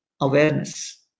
awareness